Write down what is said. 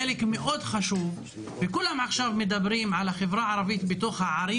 חלק מאוד חשוב הוא החברה הערבית בתוך הערים